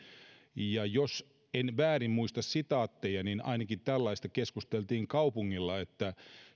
ja jos en väärin muista sitaatteja niin ainakin tällaista keskusteltiin kaupungilla että